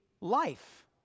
life